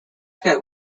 cut